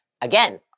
Again